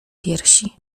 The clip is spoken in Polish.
piersi